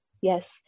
yes